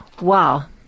Wow